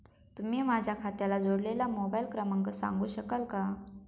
तुम्ही माझ्या खात्याला जोडलेला मोबाइल क्रमांक सांगू शकाल का?